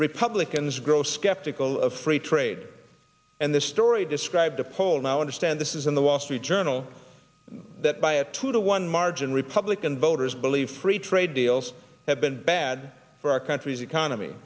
republicans grow skeptical of free trade and the story described a poll now understand this is in the wall street journal that by a two to one margin republican voters believe free trade deals have been bad for our country's economy